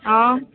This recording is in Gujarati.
હં